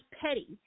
Petty